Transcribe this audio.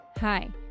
Hi